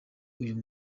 uyu